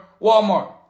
Walmart